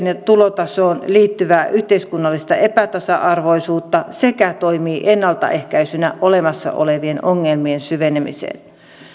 ja tulotasoon liittyvää yhteiskunnallista epätasa arvoisuutta sekä toimii ennaltaehkäisynä olemassa olevien ongelmien syvenemiseen